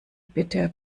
bitte